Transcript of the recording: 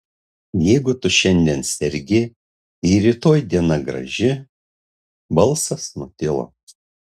jeigu tu šiandien sergi jei rytoj diena graži balsas nutilo